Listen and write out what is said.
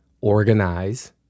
organize